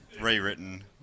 Rewritten